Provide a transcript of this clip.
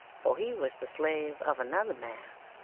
for he was the slave of another man,